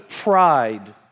pride